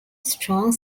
strong